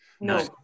No